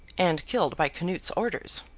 and killed by canute's orders.